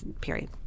period